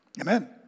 Amen